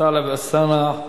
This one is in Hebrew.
טלב אלסאנע.